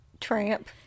tramp